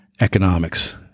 economics